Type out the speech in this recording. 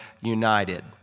united